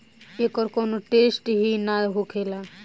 एकर कौनो टेसट ही ना होखेला